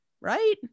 right